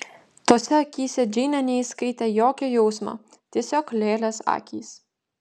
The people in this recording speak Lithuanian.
tose akyse džeinė neįskaitė jokio jausmo tiesiog lėlės akys